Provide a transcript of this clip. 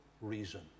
reason